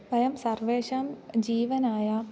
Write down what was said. वयं सर्वेषां जीवनाय